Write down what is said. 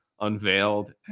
unveiled